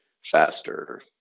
faster